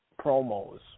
promos